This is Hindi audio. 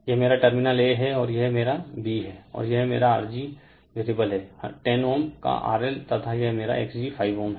यह मेरा टर्मिनल A है और यह मेरा B है और यह मेरा R g वेरिएबल है 10Ω का RL तथा यह मेरा Xg 5Ω है